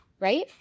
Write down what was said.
right